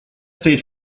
stage